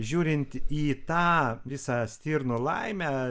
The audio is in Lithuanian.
žiūrint į tą visą stirnų laimę